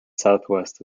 southwest